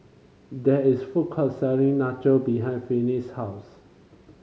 there is food court selling Nacho behind Finis' house